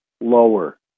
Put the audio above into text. lower